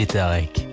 Tarek